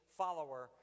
follower